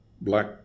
black